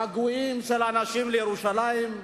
געגועים של אנשים לירושלים,